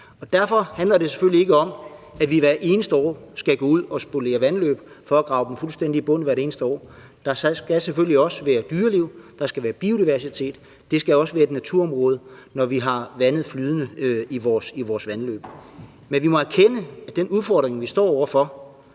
Det handler selvfølgelig ikke om, at vi hvert eneste år skal gå ud og spolere vandløb og grave dem fuldstændig i bund hvert eneste år. Der skal selvfølgelig også være dyreliv, der skal være biodiversitet. Det skal også være et naturområde, når vi har vandet flydende i vores vandløb. Men vi må erkende, at den udfordring, vi står over for,